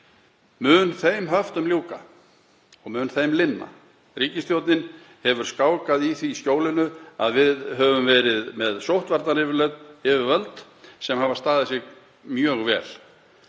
Mun þeim höftum ljúka og mun þeim linna? Ríkisstjórnin hefur skákað í því skjólinu að við höfum verið með sóttvarnayfirvöld sem hafa staðið sig mjög vel.